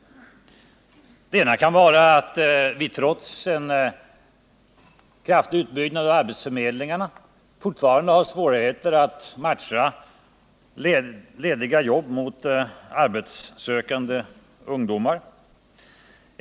Ena orsaken kan vara att vi trots en kraftig utbyggnad av arbetsförmedlingarna fortfarande har svårigheter att matcha lediga jobb mot arbetssökande ungdomar.